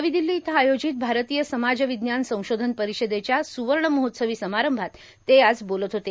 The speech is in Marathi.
नवी दिल्ली इथं आयोजित भारतीय समाज विज्ञान संशोधन परिषदेच्या सुवर्ण महोत्सवी समारंभात ते आज बोलत होते